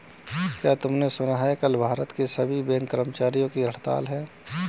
क्या तुमने सुना कि कल भारत के सभी बैंक कर्मचारियों की हड़ताल है?